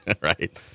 Right